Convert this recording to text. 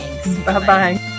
Bye-bye